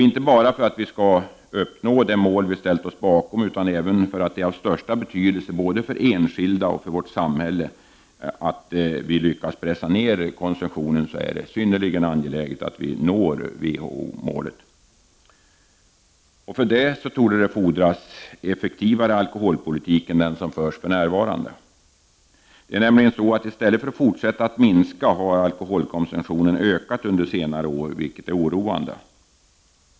Inte bara för att vi skall uppnå det mål vi har ställt oss bakom, utan även därför att det är av största betydelse för enskilda och för vårt samhälle att vi lyckas pressa ned alkoholkonsumtionen är det synnerligen angeläget att vi når WHO-målet. För att vi skall klara av detta fordras en effektivare alkoholpolitik än den som förs för närvarande. I stället för att fortsätta att minska har nämligen alkoholkonsumtionen ökat under senare år, vilket är oroande.